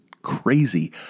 Crazy